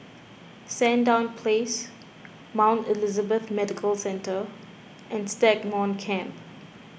Sandown Place Mount Elizabeth Medical Centre and Stagmont Camp